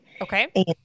Okay